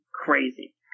crazy